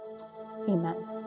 Amen